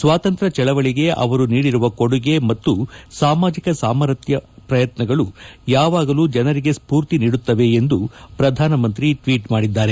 ಸ್ವಾತಂತ್ರ್ಯ ಚಳವಳಿಗೆ ಅವರು ನೀಡಿರುವ ಕೊಡುಗೆ ಮತ್ತು ಸಾಮಾಜಿಕ ಸಾಮರಸ್ಯ ಪ್ರಯತ್ನಗಳು ಯಾವಾಗಲು ಜನರಿಗೆ ಸ್ಫೂರ್ತಿ ನೀಡುತ್ತವೆ ಎಂದು ಪ್ರಧಾನ ಮಂತ್ರಿ ಟ್ವೀಟ್ ಮಾಡಿದ್ದಾರೆ